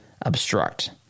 obstruct